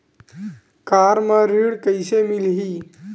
Car म ऋण कइसे मिलही?